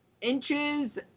inches